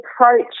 approach